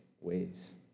ways